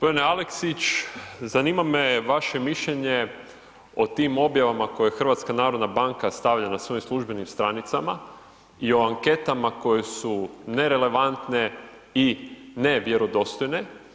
Gospodine Aleksić zanima me vaše mišljenje o tim objavama koje HNB stavlja na svojim službenim stranicama i o anketama koje su nerelevantne i nevjerodostojne.